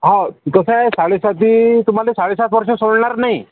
हो कसं आहे साडेसात तुम्हाला साडेसात वर्ष सोडणार नाही